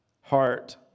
heart